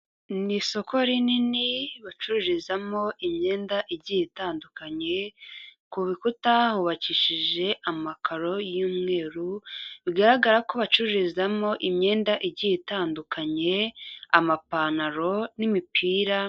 Ni isoko rinini bacururizamo imyenda igiye itandukanye, ku bikuta hubakishije amakaro y'umweru bigaragara ko bacururizamo imyenda igiye itandukanye amapantaro n'imipira.